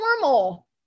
normal